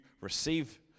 receive